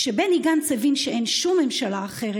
כשבני גנץ הבין שאין שום ממשלה אחרת,